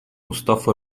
устав